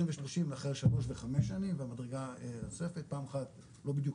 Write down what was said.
20 ו-30 אחרי שלוש וחמש שנים והמדרגה הנוספת פעם אחת לא בדיוק